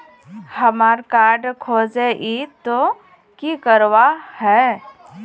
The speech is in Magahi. हमार कार्ड खोजेई तो की करवार है?